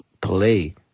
play